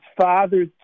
father